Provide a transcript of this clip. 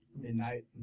midnight